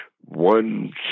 one